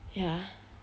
ya